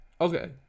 Okay